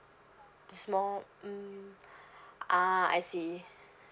small mm ah I see